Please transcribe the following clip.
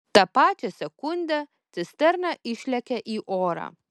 tą pačią sekundę cisterna išlekia į orą